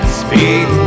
speed